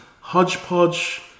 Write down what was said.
hodgepodge